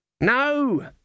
No